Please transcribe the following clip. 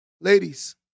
Ladies